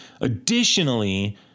Additionally